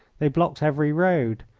they blocked every road,